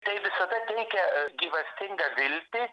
tai visada teikia gyvastingą viltį